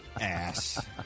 Ass